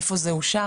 איפה זה אושר?